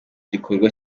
gikorwa